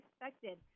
expected